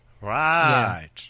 right